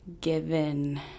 given